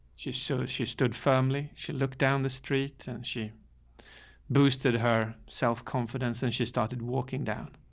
she's so, she stood firmly. she looked down the street and she boosted her self confidence. then she started walking down.